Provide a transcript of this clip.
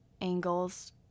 angles